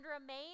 remain